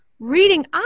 Reading